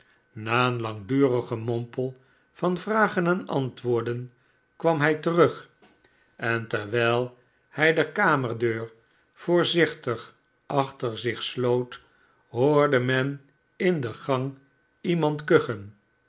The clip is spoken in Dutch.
na een langdurig gemompel van vragen en antwoorden kwam hij terug en terwijl hij de kamerdeur voorzichtig achter zich sloot hoorde menin de gang iemand kuchen